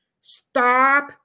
Stop